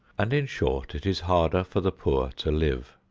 and, in short, it is harder for the poor to live.